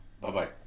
Bye-bye